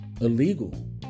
illegal